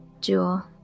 Jewel